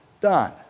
done